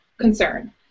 concern